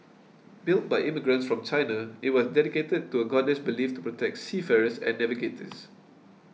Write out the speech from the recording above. built by immigrants from China it was dedicated to a goddess believed to protect seafarers and navigators